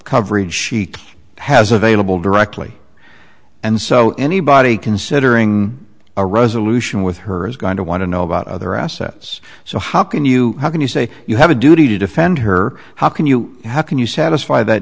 coverage she has available directly and so anybody considering a resolution with her is going to want to know about other assets so how can you how can you say you have a duty to defend her how can you how can you satisfy that